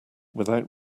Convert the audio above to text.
without